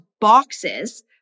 boxes